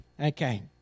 Okay